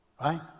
right